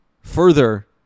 further